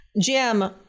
Jim